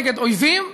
נגד אויבים,